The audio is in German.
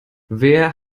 wer